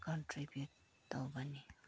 contribute ꯇꯧꯕꯅꯤ